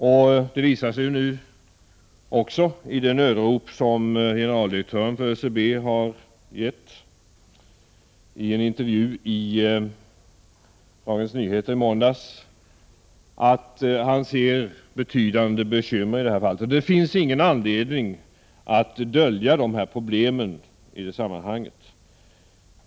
Följderna visar sig också i och med det nödrop som har kommit från generaldirektören för ÖCB i en intervju i Dagens Nyheter i måndags, där han säger att han ser betydande bekymmer, att klara verksamheten. Det finns ingen anledning att dölja de här problemen i detta sammanhang.